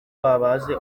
babaze